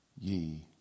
Ye